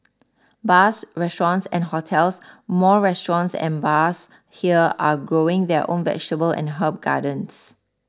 bars restaurants and hotels more restaurants and bars here are growing their own vegetable and herb gardens